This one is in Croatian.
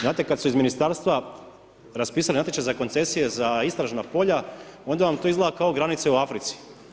Znate kad su iz ministarstva raspisali natječaj za koncesije za istražna polja, oda vam to izgleda kao granice u Africi.